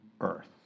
earth